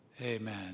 Amen